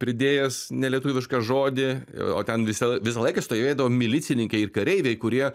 pridėjęs nelietuvišką žodį o ten visą visą laiką stovėdavo milicininkai ir kareiviai kurie